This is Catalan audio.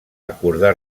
acordar